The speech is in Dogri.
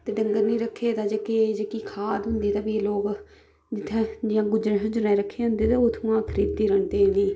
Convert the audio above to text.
ते डंगर निं रक्खे दे ते जेह्की जेह्की खाद होंदी तां भी लोक जित्थै जि'यां गुज्जरें शुज्जरें रक्खी दियां होंदियां ते ओह् उत्थुआं खरीदियै आह्नदे इ'यां ई